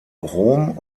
rom